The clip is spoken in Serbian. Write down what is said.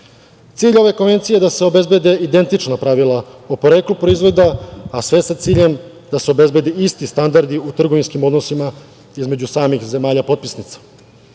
ove konvencije je da se obezbede identična pravila o poreklu proizvoda, a sve sa ciljem da se obezbede isti standardi u trgovinskim odnosima između samih zemalja potpisnica.